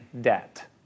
debt